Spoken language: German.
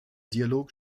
dialog